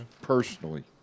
Personally